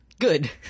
Good